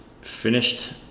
finished